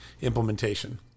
implementation